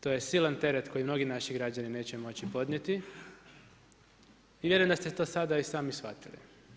To je silan teret koji mnogi naši građani neće moći podnijeti i vjerujem da ste to sada i sami shvatili.